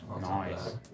Nice